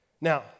Now